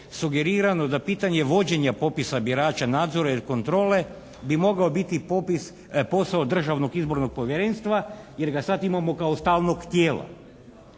sugerirano da pitanje vođenja birača nadzora i kontrole bi mogao biti popis, posao Državnog izbornog povjerenstva jer ga sad imamo kao stalnog tijela.